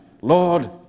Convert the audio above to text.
Lord